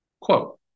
Quote